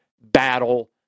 battle